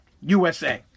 USA